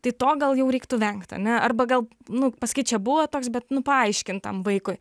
tai to gal jau reiktų vengt ane arba gal nu pasakyt čia buvo toks bet nu paaiškint tam vaikui